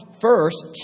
first